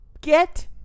get